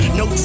no